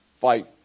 fight